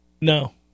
No